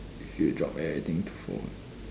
if you drop everything to fo~